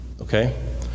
Okay